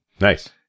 Nice